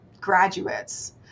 graduates